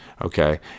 Okay